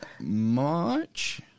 march